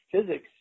physics